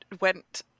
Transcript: went